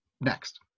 next